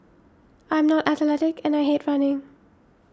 I am not athletic and I hate running